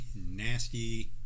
nasty